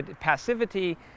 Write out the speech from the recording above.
Passivity